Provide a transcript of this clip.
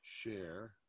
Share